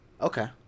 Okay